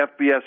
FBS